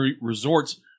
resorts